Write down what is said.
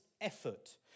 effort